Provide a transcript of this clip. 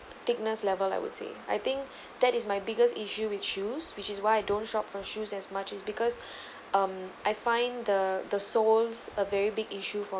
thickness level I would say I think that is my biggest issue will shoes which is why I don't shop for shoes as much as because um I find the the soles a very big issue for